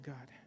God